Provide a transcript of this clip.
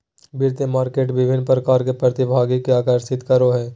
वित्तीय मार्केट विभिन्न प्रकार के प्रतिभागि के आकर्षित करो हइ